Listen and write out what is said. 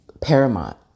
Paramount